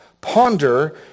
Ponder